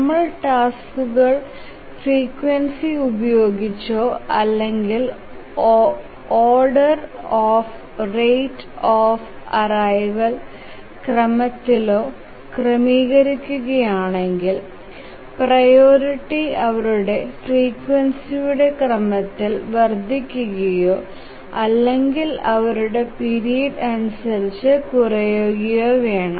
നമ്മൾ ടാസ്ക്കുകൾ ഫ്രീക്യുൻസി ഉപയോഗിച്ചോ അല്ലെങ്കിൽ order of rate of arrival ക്രമത്തിലോ ക്രമീകരിക്കുകയാണെങ്കിൽ പ്രിയോറിറ്റി അവരുടെ ഫ്രീക്യുൻസിയുടെ ക്രമത്തിൽ വർദ്ധിക്കുകയോ അല്ലെങ്കിൽ അവരുടെ പീരിയഡ് അനുസരിച്ച് കുറയുകയോ വേണം